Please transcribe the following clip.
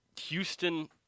Houston